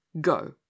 Go